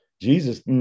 Jesus